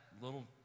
little